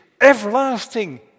everlasting